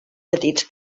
petits